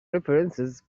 references